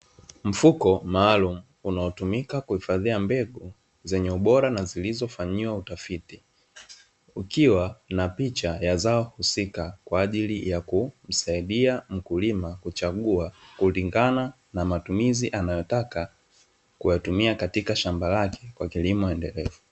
Mfuko maalumu, unaotumika kuhifadhia mbegu zenye ubora na zilizofanyiwa utafiti, ukiwa na picha ya zao husika kwa ajili ya kumsaidia mkulima kuchagua kulingana na matumizi anayotaka kuyatumia katika shamba lake kwa kilimo endelevu.